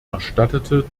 erstattete